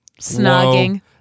snogging